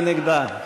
מי נגדה?